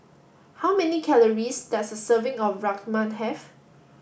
how many calories does a serving of Rajma have